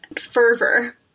fervor